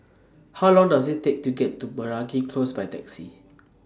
How Long Does IT Take to get to Meragi Close By Taxi